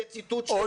זה ציטוט שלו.